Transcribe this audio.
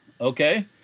Okay